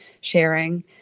sharing